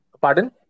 Pardon